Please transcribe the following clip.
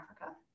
Africa